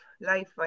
life